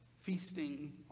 feasting